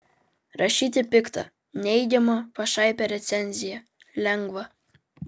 rašyti piktą neigiamą pašaipią recenziją lengva